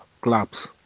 clubs